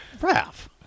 Ralph